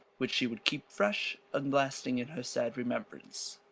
which she would keep fresh and lasting in her sad remembrance.